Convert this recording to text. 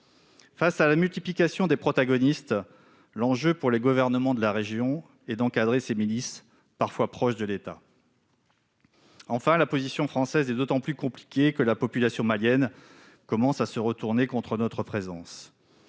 Face à la multiplication des protagonistes, l'enjeu, pour les gouvernements de la région, est d'encadrer ces milices, parfois proches des États. Enfin, la position française est d'autant plus compliquée que la population malienne commence à se retourner contre notre présence.